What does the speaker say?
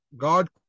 God